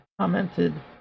commented